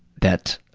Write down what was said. that